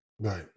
Right